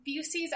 Busey's